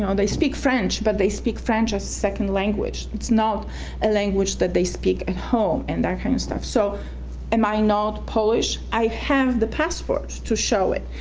um they speak french, but they speak french as a second language. it's not a language that they speak at home and that kind of stuff, so am i not polish? i have the passport to show it,